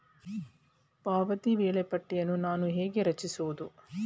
ಪಾವತಿ ವೇಳಾಪಟ್ಟಿಯನ್ನು ನಾನು ಹೇಗೆ ರಚಿಸುವುದು?